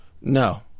No